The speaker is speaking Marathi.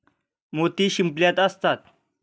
मोती शिंपल्यात असतात